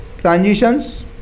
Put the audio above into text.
Transitions